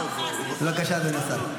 בבקשה, אדוני השר.